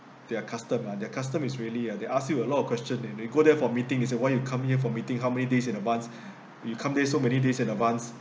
their custom ah their custom is really uh they ask you a lot of questions and you go there for meeting why you come here for meeting how many days in advance you come there so many days in advance